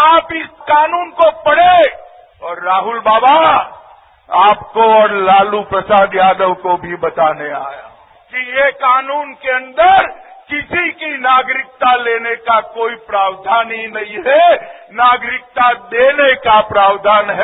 आप इस कानून को पढ़े और राहुल बाबा आप को और लालू प्रसाद यादव को भी बताने आया हूं कि यह कानून के अंदर किसी की नागरिकता लेने को कोई प्रावधान हो नहीं है नागरिकता देने को प्रावधान है